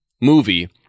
movie